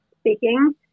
speaking